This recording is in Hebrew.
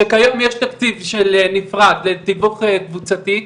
שכיום יש תקציב נפרד לתיווך קבוצתי,